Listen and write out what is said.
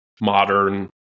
modern